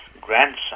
grandson